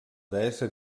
deessa